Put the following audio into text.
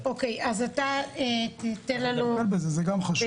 נטפל בזה, גם זה חשוב.